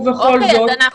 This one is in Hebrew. ובכל זאת,